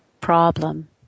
problem